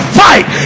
fight